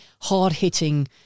hard-hitting